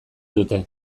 dute